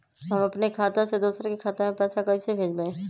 हम अपने खाता से दोसर के खाता में पैसा कइसे भेजबै?